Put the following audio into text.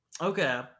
Okay